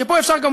ופה אפשר לומר,